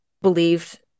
believed